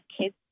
kids